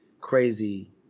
crazy